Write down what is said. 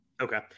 Okay